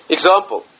Example